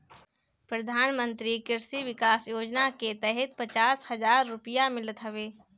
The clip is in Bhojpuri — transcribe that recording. प्रधानमंत्री कृषि विकास योजना के तहत पचास हजार रुपिया मिलत हवे